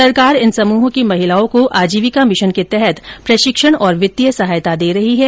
सरकार इन समूहों की महिलाओं को आजीविका मिशन के तहत प्रशिक्षण और वित्तीय सहायता दे रही है